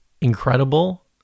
incredible